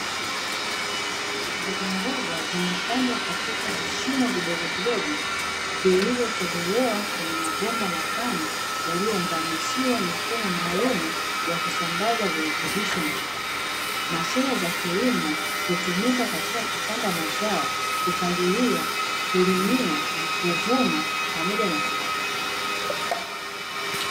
Mbogamboga zimepandwa katika vishimo vidogovidogo vilivyotobolewa kwenye mabomba mapana yaliyounganishiwa mifumo maalumuya kusambaza virutubisho na maji. Mashine za kilimo hutumika katika kupanda mazao, kupalilia, kulimia, kuvuna pamoja na kumwagilia.